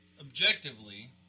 objectively